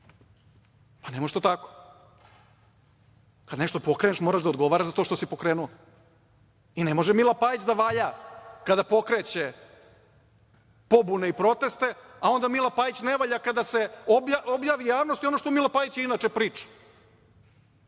Pa, ne može to tako, kada nešto pokreneš, moraš da odgovaraš za to što si pokrenuo i ne može Mila Pajić da valja kada pokreće pobune i proteste, a onda Mila Pajić ne valja kada se objavi javnosti ono što Mila Pajić inače priča,